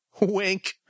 Wink